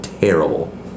terrible